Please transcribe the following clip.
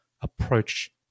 approach